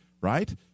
right